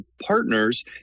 partners